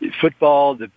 football